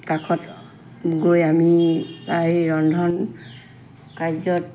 কাষত গৈ আমি প্ৰায় ৰন্ধন কাৰ্যত